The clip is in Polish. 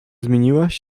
zmieniłaś